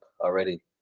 already